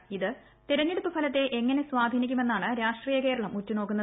ഇത് തെരെഞ്ഞെടുപ്പ് ഫലത്തെ എങ്ങനെ സ്വാധീനിക്കുമെന്നാണ് രാഷ്ട്രീയ കേരളം ഉറ്റു നോക്കുന്നത്